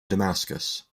damascus